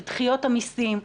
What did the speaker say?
לדחיות המיסים,